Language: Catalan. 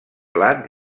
plat